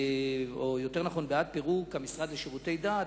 או יותר נכון בעד פירוק המשרד לשירותי דת,